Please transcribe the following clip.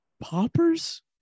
Poppers